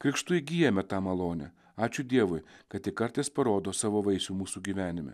krikštu įgyjame tą malonę ačiū dievui kad tik kartais parodo savo vaisių mūsų gyvenime